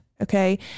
Okay